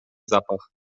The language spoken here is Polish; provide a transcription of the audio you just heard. zapach